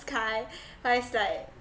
kind kind's like